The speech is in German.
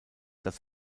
das